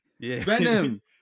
Venom